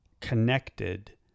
connected